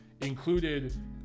included